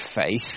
faith